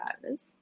drivers